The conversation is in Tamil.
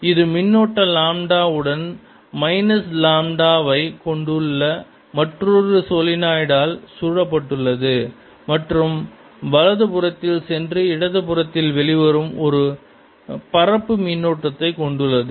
இது மின்னோட்ட லாம்டா உடன் மைனஸ் லாம்டா வை கொண்டுள்ள மற்றொரு சாலினாய்டு ஆல் சூழப்பட்டுள்ளது மற்றும் வலது புறத்திற்குள் சென்று இடது புறத்தில் வெளிவரும் ஒரு பரப்பு மின்னோட்டத்தை கொண்டுள்ளது